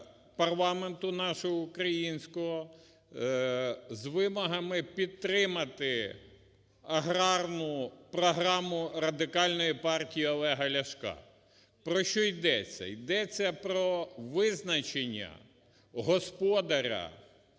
нашого українського, з вимогами підтримати аграрну програму Радикальної партії Олега Ляшка. Про що ідеться? Йдеться про визначення господаря